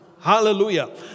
Hallelujah